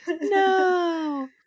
No